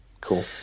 Cool